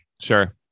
sure